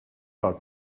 laut